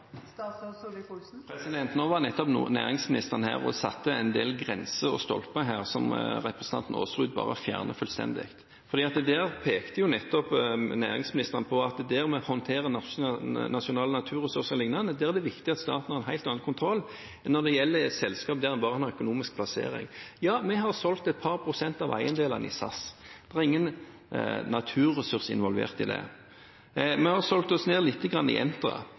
Nå var nettopp næringsministeren her og satte en del grenser og stolper som representanten Aasrud bare fjerner fullstendig. Næringsministeren pekte jo nettopp på at der vi håndterer nasjonale naturressurser og lignende, er det viktig at staten har en helt annen kontroll enn når det gjelder selskap der en bare har en økonomisk plassering. Ja, vi har solgt et par prosent av eiendelene i SAS. Det var ingen naturressurser involvert i det. Vi har solgt oss ned lite grann i